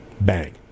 Bang